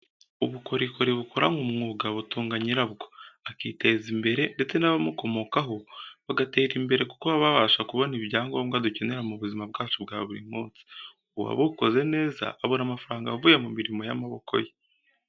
Ubukorikori bukoranywe ubunyamwuga butunga nyirabwo, akiteza imbere ndetse n'abamukomokaho bagatera imbere kuko babasha kubona ibyangombwa dukenera mu buzima bwacu bwa buri munsi. Uwabukoze neza abona amafaranga avuye mumirimo y'amaboko ye.